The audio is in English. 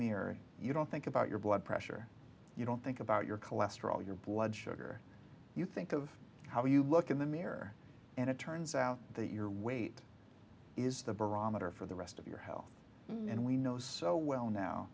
mirror you don't think about your blood pressure you don't think about your cholesterol your blood sugar you think of how you look in the mirror and it turns out that your weight is the barometer for the rest of your health and we know so well now